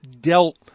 dealt